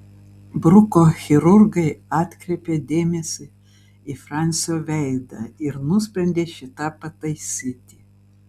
bruko chirurgai atkreipė dėmesį į fransio veidą ir nusprendė šį tą pataisyti